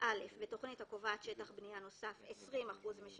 של המקרקעין של הבעלים הכלולים בתכנית (בסימן זה